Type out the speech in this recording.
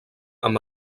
amb